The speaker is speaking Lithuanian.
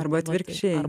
arba atvirkščiai